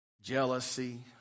jealousy